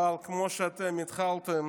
אבל לפי איך שאתם התחלתם,